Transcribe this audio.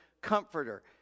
comforter